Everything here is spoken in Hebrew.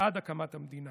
עד הקמת המדינה.